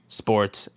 sports